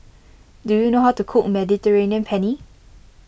do you know how to cook Mediterranean Penne